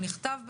הוא נכתב בדם,